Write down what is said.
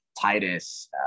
Titus